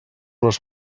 les